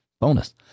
bonus